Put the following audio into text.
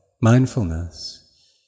mindfulness